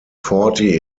forty